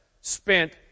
spent